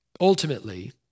Ultimately